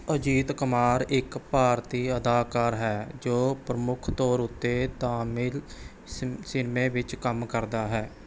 ਅਜੀਤ ਕੁਮਾਰ ਇੱਕ ਭਾਰਤੀ ਅਦਾਕਾਰ ਹੈ ਜੋ ਪ੍ਰਮੁੱਖ ਤੌਰ ਉੱਤੇ ਤਾਮਿਲ ਸਿਨੇਮੇ ਵਿੱਚ ਕੰਮ ਕਰਦਾ ਹੈ